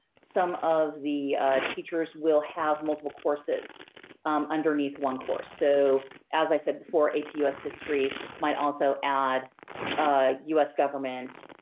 some of the teachers will have multiple courses underneath one course. so as i said before, ap us history might also add us government,